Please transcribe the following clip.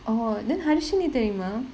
orh then harshini தெரியுமா: theriyumaa